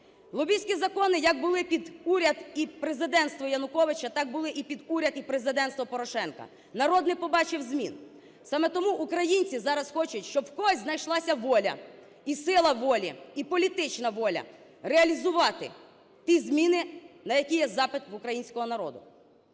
Лобістські закони як були під уряд і президентство Януковича, так були і під уряд і президентство Порошенка. Народ не побачив змін. Саме тому українці зараз хочуть, щоб у когось знайшлася воля і сила волі, і політична воля реалізувати ті зміни, на які є запит в українського народу.